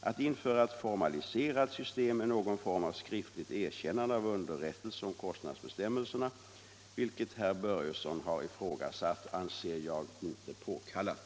Att införa ett formaliserat system med någon form av skriftligt erkännande av underrättelse om kostnadsbestämmelserna, vilket herr Börjesson har ifrågasatt, anser jag inte påkallat.